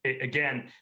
again